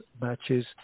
matches